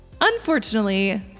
Unfortunately